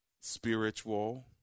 spiritual